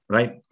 Right